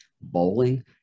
bowling